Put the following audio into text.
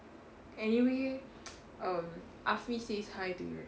anyway um afee says hi to you